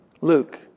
Luke